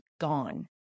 gone